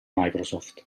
microsoft